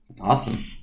Awesome